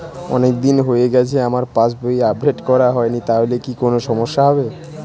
অনেকদিন হয়ে গেছে আমার পাস বই আপডেট করা হয়নি তাহলে কি কোন সমস্যা হবে?